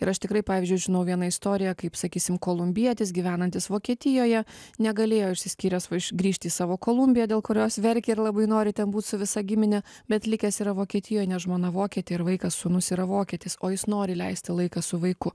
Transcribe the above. ir aš tikrai pavyzdžiui žinau vieną istoriją kaip sakysim kolumbietis gyvenantis vokietijoje negalėjo išsiskyręs grįžt į savo kolumbiją dėl kurios verkė ir labai nori ten būt su visa gimine bet likęs yra vokietijoj nes žmona vokietė ir vaikas sūnus yra vokietis o jis nori leisti laiką su vaiku